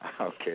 Okay